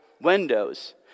windows